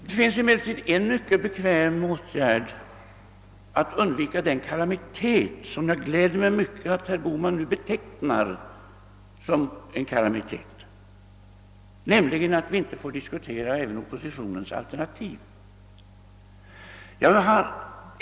Det finns emellertid en mycket bekväm åtgärd för att undvika den kalamiteten — jag gläder mig mycket åt att herr Bohman också betecknar den som en kalamitet — att vi inte får diskutera även oppositionens alternativ.